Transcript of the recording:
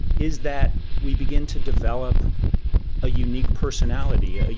is that we begin to develop a unique personality, ah